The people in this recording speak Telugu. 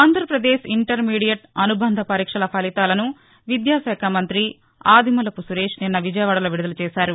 ఆంధ్రాప్రదేశ్ ఇంటర్మీడియెట్ అనుబంధ పరీక్షల ఫలితాలను విద్యాశాఖ మంతి ఆదిమూలపు సురేష్ నిన్న విజయవాడలో విడుదల చేశారు